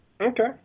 Okay